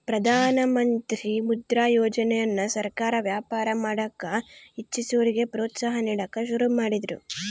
ಪ್ರಧಾನಮಂತ್ರಿ ಮುದ್ರಾ ಯೋಜನೆಯನ್ನ ಸರ್ಕಾರ ವ್ಯಾಪಾರ ಮಾಡಕ ಇಚ್ಚಿಸೋರಿಗೆ ಪ್ರೋತ್ಸಾಹ ನೀಡಕ ಶುರು ಮಾಡಿದ್ರು